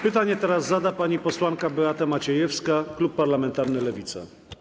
Pytanie teraz zada pani posłanka Beata Maciejewska, klub parlamentarny Lewica.